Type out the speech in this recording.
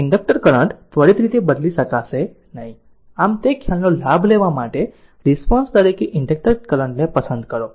inductor current ત્વરિત બદલાઇ શકશે નહીં તે ખ્યાલનો લાભ લેવા માટે રિસ્પોન્સ તરીકે ઇન્ડકટર કરંટ ને પસંદ કરો